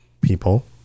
people